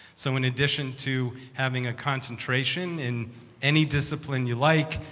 so in addition to having a concentration in any discipline you like,